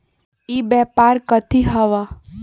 ई व्यापार कथी हव?